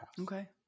okay